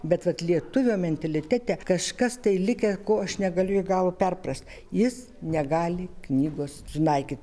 bet vat lietuvio mentalitete kažkas tai likę ko aš negaliu iki galo perprast jis negali knygos sunaikyt